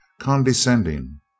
condescending